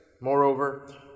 Moreover